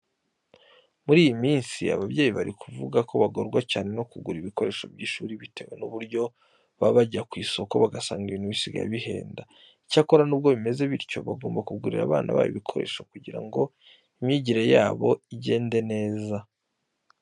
Muri iyi minsi ababyeyi bari kuvuga ko bagorwa cyane no kugura ibikoresho by'ishuri bitewe n'uburyo baba bajya ku isoko bagasanga ibintu bisigaye bihenda. Icyakora nubwo bimeze bityo, bagomba kugurira abana babo ibikoresho kugira ngo imyigire yabo izagende neza.